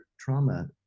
trauma